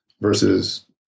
versus